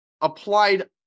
applied